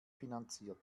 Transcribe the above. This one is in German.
finanziert